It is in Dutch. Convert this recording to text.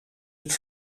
het